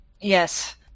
Yes